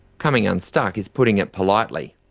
coming unstuck is putting it politely.